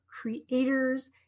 creators